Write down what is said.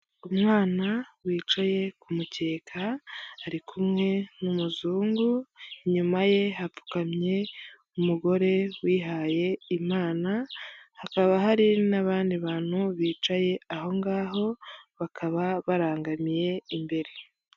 Umwana wicaye ku mukeka ari kumwe n'umuzungu inyuma ye hapfukamye umugore wihaye imana, hakaba hari n'abandi bantu bicaye aho ngaho bakaba barangamiye imbere.